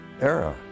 era